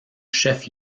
chef